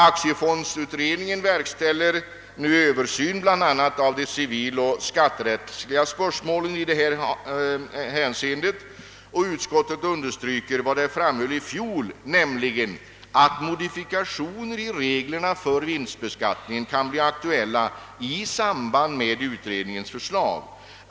Aktiefonden verkställer nu översyn av bl.a. de civiloch skatterättsliga spörsmålen i detta hänseende, och utskottet understryker vad det framhöll i fjol, nämligen att modifikationer i reglerna för vinstbeskattning kan bli aktuella i samband med utredningens förslag.